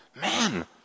man